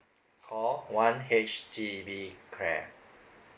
call one H_D_B clap